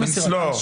דואר רשום.